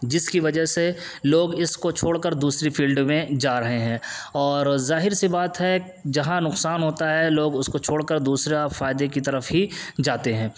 جس کی وجہ سے لوگ اس کو چھوڑ کر دوسری فیلڈ میں جا رہے ہیں اور ظاہر سی بات ہے جہاں نقصان ہوتا ہے لوگ اس کو چھوڑ کر دوسرا فائدے کی طرف ہی جاتے ہیں